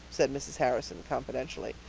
said mrs. harrison confidentially,